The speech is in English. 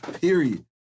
Period